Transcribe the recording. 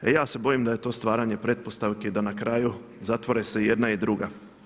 Ja se bojim da je to stvaranje pretpostavki da na kraju zatvore se i jedna i druga.